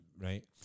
right